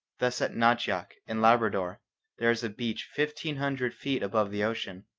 thus at nachvak in labrador there is a beach fifteen hundred feet above the ocean.